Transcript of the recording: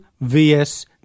VS